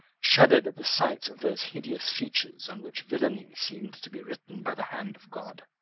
shuddered at the sight of those hideous features on which villany seemed to be written by the hand of god.